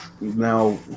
Now